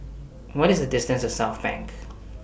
What IS The distance to Southbank